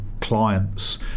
clients